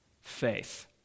faith